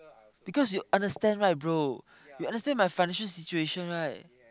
because you understand right bro you understand my financial situation right